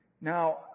Now